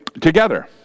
Together